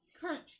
Current